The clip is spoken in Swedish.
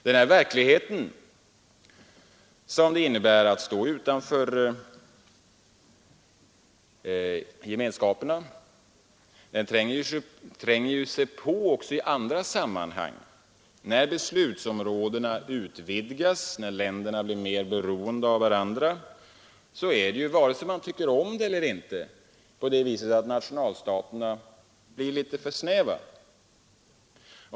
Den verklighet som det innebär att stå utanför gemenskapen tränger sig på även i andra sammanhang. När beslutsområdena utvidgas och länderna blir mer beroende av varandra blir nationalstaterna litet för snäva, vare sig man tycker om det eller inte.